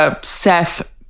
Seth